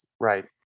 right